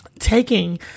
Taking